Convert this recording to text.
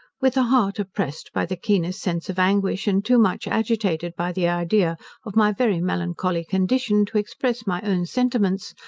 with a heart oppressed by the keenest sense of anguish, and too much agitated by the idea of my very melancholy condition, to express my own sentiments,